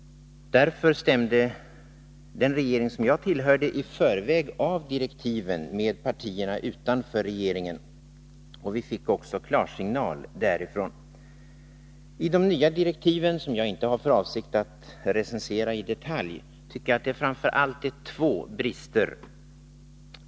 Därför stämde den regering som jag tillhörde i förväg av direktiven med partierna utanför regeringen, och vi fick också klarsignal från dem. I de nya direktiven, som jag inte har för avsikt att recensera i detalj, tycker jag att det framför allt finns två brister.